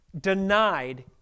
denied